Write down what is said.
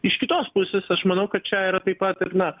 iš kitos pusės aš manau kad čia yra taip pat ir na